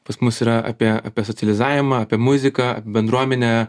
pas mus yra apie apie socializavimą apie muziką bendruomenę